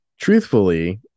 Truthfully